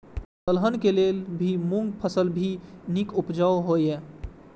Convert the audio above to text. दलहन के लेल भी मूँग फसल भी नीक उपजाऊ होय ईय?